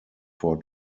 four